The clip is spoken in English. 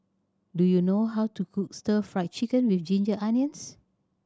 do you know how to cook Stir Fried Chicken With Ginger Onions